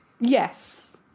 Yes